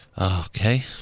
Okay